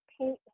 paint